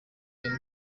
iyo